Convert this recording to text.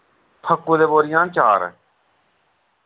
फक्कू दी बोरियां न चार